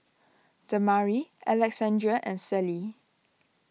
Damari Alexandria and Celie